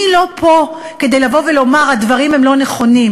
אני לא פה כדי לבוא ולומר: הדברים הם לא נכונים.